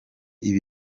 ibi